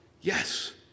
yes